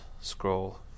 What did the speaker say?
scroll